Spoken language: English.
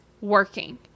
working